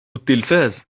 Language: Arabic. التلفاز